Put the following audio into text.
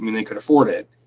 i mean they could afford it,